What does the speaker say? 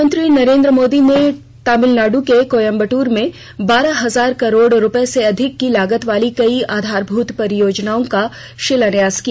प्रधानमंत्री नरेन्द्र मोदी ने तमिलनाडु के कोयम्बटूर में बारह हजार करोड़ रुपए से अधिक की लागत वाली कई आधारभूत परियोजनाओं का शिलान्यास किया